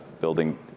building